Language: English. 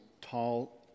tall